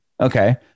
Okay